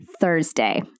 Thursday